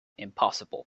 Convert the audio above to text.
impossible